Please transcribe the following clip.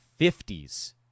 50s